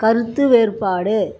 கருத்து வேறுபாடு